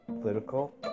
political